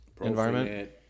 environment